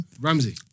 Ramsey